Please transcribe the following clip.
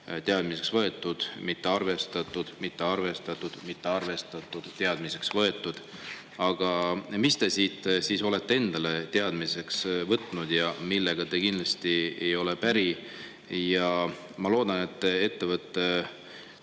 teadmiseks võetud, mitte arvestatud, mitte arvestatud, mitte arvestatud, teadmiseks võetud. Aga mis te siit siis olete endale teadmiseks võtnud ja millega te kindlasti ei ole päri? Ma loodan, et te ettevõtte